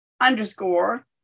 underscore